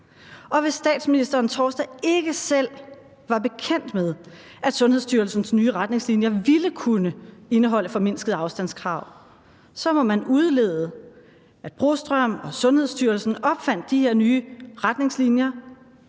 hvis statsministeren torsdag ikke selv var bekendt med, at Sundhedsstyrelsens nye retningslinjer ville kunne indeholde et formindsket afstandskrav, så må man udlede, at Søren Brostrøm og Sundhedsstyrelsen opfandt de her nye retningslinjer